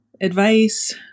advice